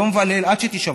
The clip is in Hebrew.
יום וליל, עד שתישברו,